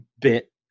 bit